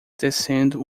descendo